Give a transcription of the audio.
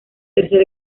tercer